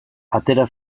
atera